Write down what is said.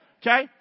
Okay